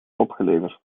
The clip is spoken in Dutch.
opgeleverd